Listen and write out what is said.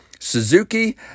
Suzuki